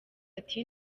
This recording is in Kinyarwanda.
ati